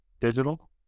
digital